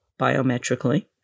biometrically